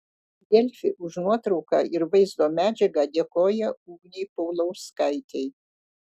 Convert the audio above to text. delfi už nuotrauką ir vaizdo medžiagą dėkoja ugnei paulauskaitei